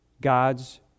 God's